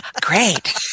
great